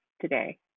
today